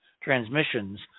transmissions